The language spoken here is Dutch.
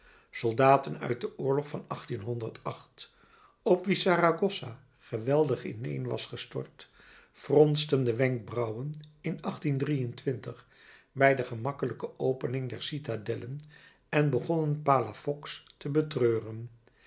uit den oorlog van op wie saragossa geweldig inéén was gestort fronsten de wenkbrauwen in bij de gemakkelijke opening der citadellen en begonnen palafox te betreuren